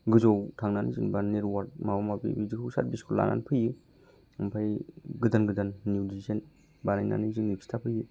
गोजौआव थांनानै जेनेबा नेटवार्क माबा माबि बिदिखौ सारभिसखौ लानानै फैयो ओमफ्राय गोदान गोदान निउ डिजेन बानायनानै जोंनो खिथा फैयो